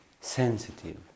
sensitive